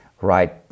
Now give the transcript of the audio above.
right